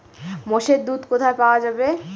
মোষের দুধ কোথায় পাওয়া যাবে?